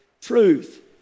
truth